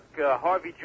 Harvey